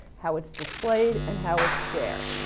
how it's displayed, and how it's shared.